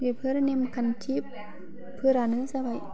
बेफोर नेमखान्थिफोरानो जाबाय